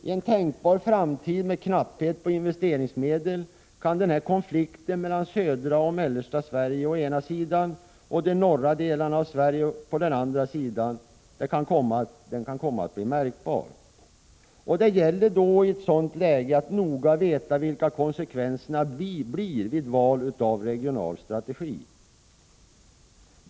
I en tänkbar framtid med knapphet på investeringsmedel kan denna konflikt mellan södra och mellersta Sverige å ena sidan och de norra delarna av Sverige å andra sidan komma att bli märkbar. Det gäller i ett sådant läge att noga veta vilka konsekvenserna blir vid val av regional strategi.